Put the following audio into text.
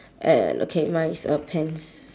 and okay mine is a pants